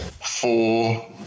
four